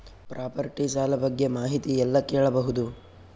Property ಸಾಲ ಬಗ್ಗೆ ಮಾಹಿತಿ ಎಲ್ಲ ಕೇಳಬಹುದು?